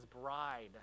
bride